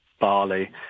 barley